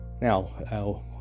now